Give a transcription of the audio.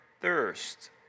thirst